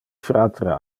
fratre